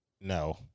no